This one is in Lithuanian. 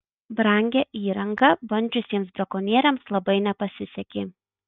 brangią įrangą bandžiusiems brakonieriams labai nepasisekė